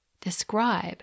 describe